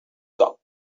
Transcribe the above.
got